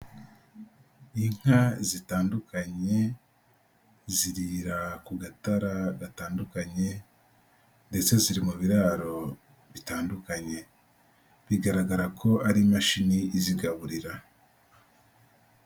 Inka zitandukanye, zirira ku gatara gatandukanye ndetse ziri mu biraro bitandukanye. Bigaragara ko ari imashini izigaburira.